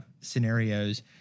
scenarios